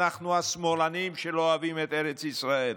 אנחנו השמאלנים שלא אוהבים את ארץ ישראל,